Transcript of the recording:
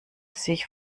sich